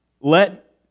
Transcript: let